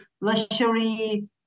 luxury